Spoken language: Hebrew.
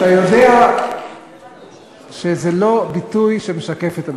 אתה יודע שזה לא ביטוי שמשקף את המציאות,